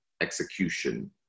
execution